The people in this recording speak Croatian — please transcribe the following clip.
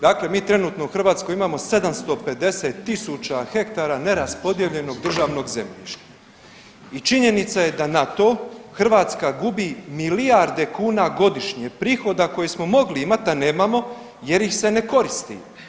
Dakle, mi trenutno u Hrvatskoj imamo 750.000 hektara neraspodijeljenog državnog zemljišta i činjenica je da na to Hrvatska gubi milijarde kuna godišnje prihoda koje smo mogli imati, a nemamo jer ih se ne koristi.